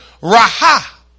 Raha